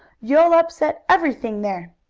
you'll upset everything there!